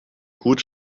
gut